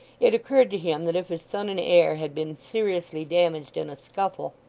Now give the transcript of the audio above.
it occurred to him that if his son and heir had been seriously damaged in a scuffle,